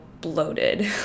bloated